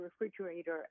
refrigerator